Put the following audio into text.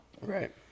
Right